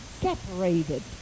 separated